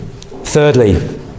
thirdly